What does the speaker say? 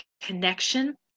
connection